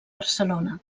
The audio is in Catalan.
barcelona